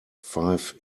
five